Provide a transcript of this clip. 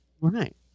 Right